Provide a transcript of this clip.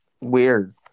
weird